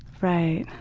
right.